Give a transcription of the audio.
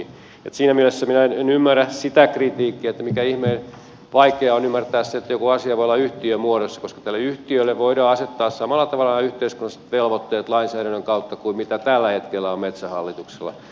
eli siinä mielessä minä en ymmärrä sitä kritiikkiä mitenkä ihmeen vaikeaa on ymmärtää sitä että joku asia voi olla yhtiömuodossa koska tälle yhtiölle voidaan asettaa samalla tavalla nämä yhteiskunnalliset velvoitteet lainsäädännön kautta kuin tällä hetkellä on metsähallituksella